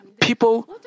people